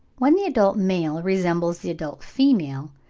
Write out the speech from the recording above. when the adult male resembles the adult female,